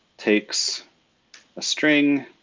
takes a string